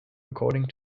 according